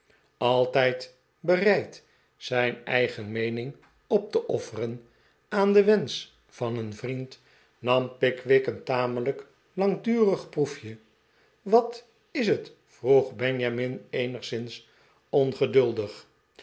altijd bereid zijn eigen meening dp te offer en aan de wenschen van een vriend nam pickwick een tamelijk langdurig proefje wat is het vroeg benjamin eenigszins ongeduldig